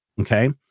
Okay